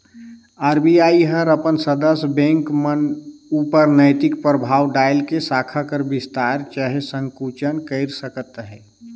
RBI हर अपन सदस्य बेंक मन उपर नैतिक परभाव डाएल के साखा कर बिस्तार चहे संकुचन कइर सकत अहे